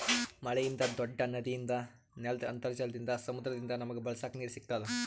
ಮಳಿಯಿಂದ್, ದೂಡ್ಡ ನದಿಯಿಂದ್, ನೆಲ್ದ್ ಅಂತರ್ಜಲದಿಂದ್, ಸಮುದ್ರದಿಂದ್ ನಮಗ್ ಬಳಸಕ್ ನೀರ್ ಸಿಗತ್ತದ್